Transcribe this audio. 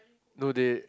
no they